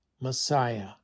Messiah